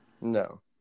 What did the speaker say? No